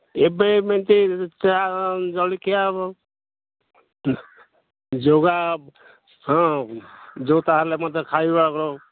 ଏବେ ଏମିତି ଚା' ଜଳଖିଆ ହବ ଯୋଗା ହଁ ଯୋଉ ତା'ହେଲେ ମଧ୍ୟ ଖାଇବା ଆ